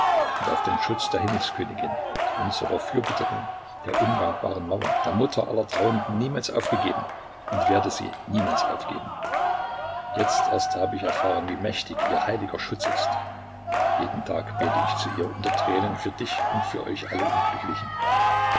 und auf den schutz der himmelskönigin unserer fürbitterin der unwankbaren mauer der mutter aller trauernden niemals aufgegeben und werde sie niemals aufgeben jetzt erst habe ich erfahren wie mächtig ihr heiliger schutz ist jeden tag bete ich zu ihr unter tränen für dich und für euch alle unglücklichen